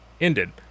ended